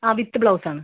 ആ വിത്ത് ബ്ലൗസാണ്